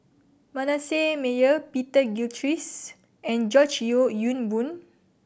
Manasseh Meyer Peter Gilchrist and George Yeo Yong Boon